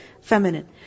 feminine